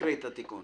תקריא את התיקון.